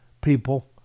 people